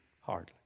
hardly